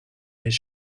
his